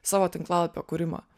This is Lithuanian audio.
savo tinklalapio kūrimą